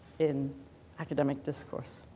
in academic discourse.